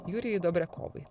jurijui dobriakovui